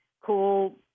cool